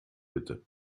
bitte